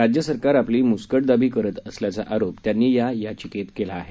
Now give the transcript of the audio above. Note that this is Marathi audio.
राज्यसरकार आपली मुस्कटदाबी करत असल्याचा आरोप त्यांनी या याचिकेत केला आहे